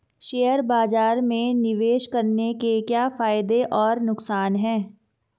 Share बाज़ार में निवेश करने के क्या फायदे और नुकसान हैं?